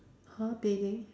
!huh! bathing